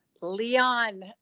Leon